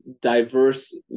diverse